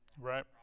Right